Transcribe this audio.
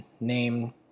name